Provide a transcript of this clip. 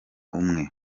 umwe